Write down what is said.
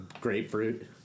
grapefruit